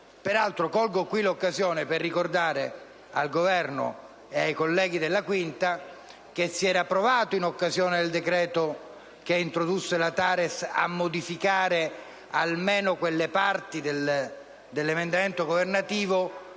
Peraltro, colgo l'occasione per ricordare al Governo e ai colleghi della 5a Commissione che si è provato, in occasione del decreto che ha introdotto la TARES, a modificare almeno quelle parti dell'emendamento governativo